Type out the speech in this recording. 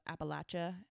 Appalachia